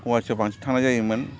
गुवाहाटीयाव बांसिन थांनाय जायोमोन